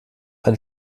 ein